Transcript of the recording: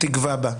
תגווע בה".